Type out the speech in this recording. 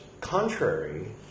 contrary